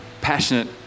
passionate